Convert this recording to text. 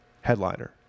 headliner